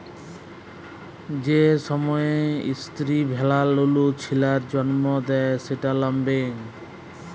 যে সময়তে ইস্তিরি ভেড়ারা লুলু ছিলার জল্ম দেয় সেট ল্যাম্বিং